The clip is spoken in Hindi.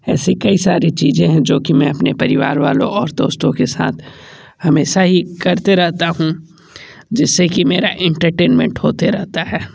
ऐसे कई सारी चीज़ें हैं जो कि मैं अपने परिवार वालों और दोस्तों के साथ हमेशा ही करते रहता हूँ जिससे कि मेरा इंटरटेनमेंट होते रहता है